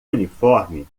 uniforme